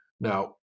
Now